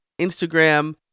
Instagram